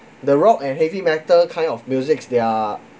the rock and heavy metal kind of musics they are